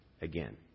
again